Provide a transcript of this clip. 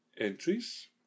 entries